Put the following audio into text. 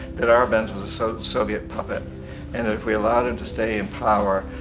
that arbenz was a so soviet puppet and that if we allowed him to stay in power,